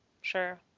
sure